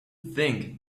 think